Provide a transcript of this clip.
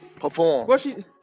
perform